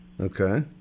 Okay